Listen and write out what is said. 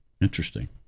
interesting